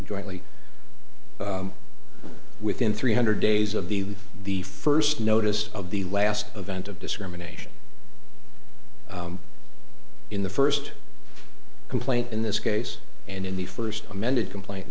jointly within three hundred days of the the first notice of the last event of discrimination in the first complaint in this case and in the first amended complaint in